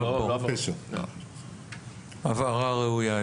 הבהרה ראויה.